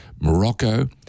Morocco